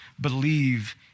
believe